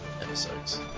episodes